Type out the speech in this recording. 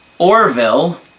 Orville